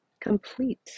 complete